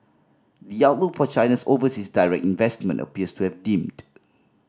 the outlook for China's overseas direct investment appears to have dimmed